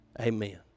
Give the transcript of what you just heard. Amen